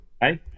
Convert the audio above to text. Hey